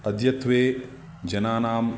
अद्यत्वे जनानाम्